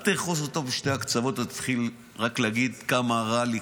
אל תאחז אותו משני הקצוות ותתחיל רק להגיד: כמה רע לי,